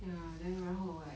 ya then 然后 like